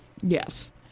Yes